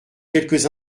quelques